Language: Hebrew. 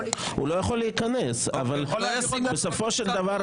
הוא לא יכול להיכנס, אבל הרי בסופו של דבר,